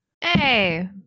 Hey